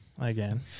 again